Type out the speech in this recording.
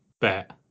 bet